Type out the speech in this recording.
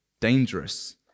dangerous